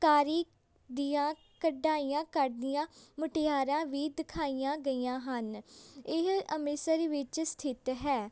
ਕਾਰੀ ਦੀਆਂ ਕਢਾਈਆਂ ਕੱਢਦੀਆਂ ਮੁਟਿਆਰਾਂ ਵੀ ਦਿਖਾਈਆਂ ਗਈਆਂ ਹਨ ਇਹ ਅੰਮ੍ਰਿਤਸਰ ਵਿੱਚ ਸਥਿਤ ਹੈ